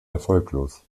erfolglos